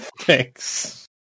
Thanks